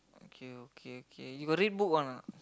okay okay okay you got read book or not